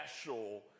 special